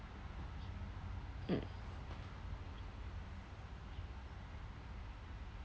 mm